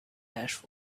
ash